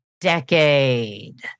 Decade